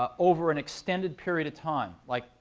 um over an extended period of time like,